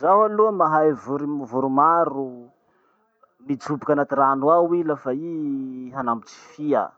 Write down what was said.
Zaho aloha mahay vor- voro maro mijoboky anaty rano ao i lafa i hanambotsy fia.